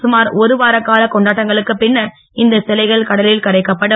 சுமார் ஒருவார கால கொண்டாட்டங்களுக்குப் பின்னர் இந்த சிலைகள் கடலில் கரைக்கப்படும்